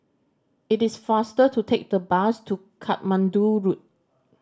it is faster to take the bus to Katmandu Road